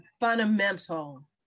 fundamental